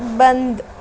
بند